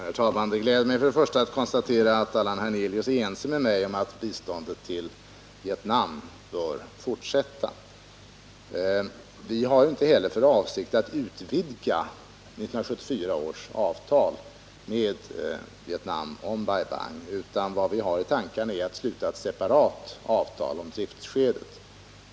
Herr talman! Det gläder mig att konstatera att Allan Hernelius är ense med mig om att biståndet till Vietnam bör fortsätta. Vi har inte heller för avsikt att utvidga 1974 års avtal med Vietnam om Bai Bang, utan vad vi har i tankarna är att sluta ett separat avtal om driftskedet.